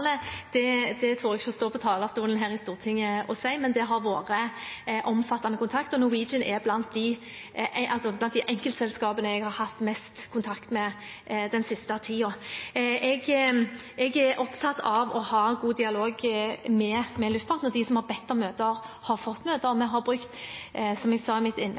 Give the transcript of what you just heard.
jeg ikke å stå på talerstolen her i Stortinget og si, men det har vært omfattende kontakt. Norwegian er blant de enkeltselskapene jeg har hatt mest kontakt med den siste tiden. Jeg er opptatt av å ha god dialog med luftfarten, og de som har bedt om møter, har fått møter. Vi har brukt, som jeg sa i mitt